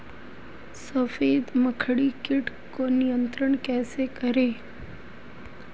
सफेद मक्खी कीट को नियंत्रण कैसे करें?